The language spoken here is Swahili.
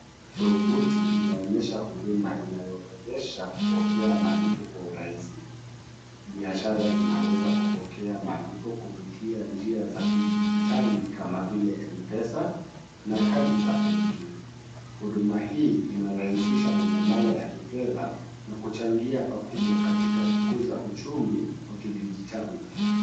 Tovuti inaonyesha huduma inayowezesha kupokea malipo kwa urahisi, biashara zinaweza kupokea malipo kupitia njia za kidigitali kama vile Mpesa na kadi za benki, huduma hii inarahishisha minyapala ya kifedha na kuchangia pakubwa katika kukuza uchumi wa kidigitali.